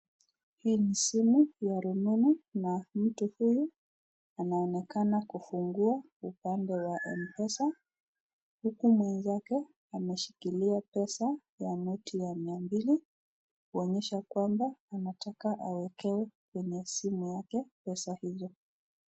Hii ni simu ya rununu na mtu huyu, anaonekana kufungua upandesa wa mpesa , huku mwenzake ameshikilia pesa ya noti ya shilingi mia mbili, kuonyesha kwamba anataka awekewe kwenye simu yake pesa hizo.